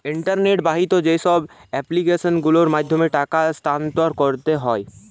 internet বাহিত যেইসব application গুলোর মাধ্যমে টাকা স্থানান্তর করতে হয়